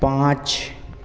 पाँच